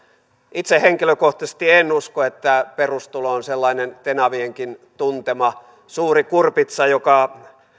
itse henkilökohtaisesti en usko että perustulo on sellainen tenavienkin tuntema suuri kurpitsa joka